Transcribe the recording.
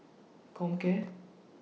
Comcare